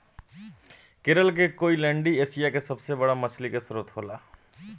केरल के कोईलैण्डी एशिया के सबसे बड़ा मछली के स्त्रोत होला